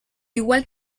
igual